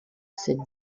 cette